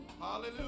Hallelujah